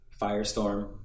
Firestorm